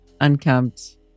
unkempt